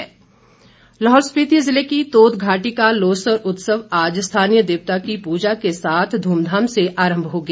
लोसर उत्सव लाहौल स्पिति ज़िले की तोद घाटी का लोसर उत्सव आज स्थानीय देवता की पूजा के साथ ध्रमधाम से आंरभ हो गया